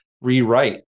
rewrite